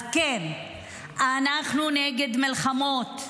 אז כן, אנחנו נגד מלחמות,